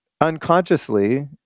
unconsciously